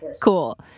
Cool